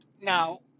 Now